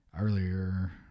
earlier